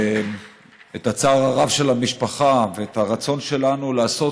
את הצער הרב של המשפחה ואת הרצון שלנו לעשות